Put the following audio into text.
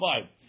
five